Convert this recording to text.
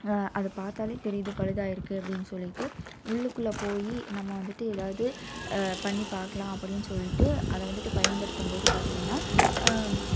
அதை பார்த்தாலே தெரியுது பழுதாகிருக்கு அப்படின் சொல்லிகிட்டு உள்ளுக்குள்ளே போய் நம்ம வந்துட்டு ஏதாவது பண்ணிப் பார்க்லாம் அப்படின் சொல்லிட்டு அதை வந்துட்டு பயன்படுத்தும் போது பார்த்தீங்கன்னா